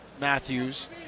Matthews